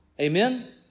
Amen